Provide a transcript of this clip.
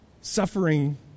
Suffering